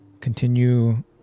continue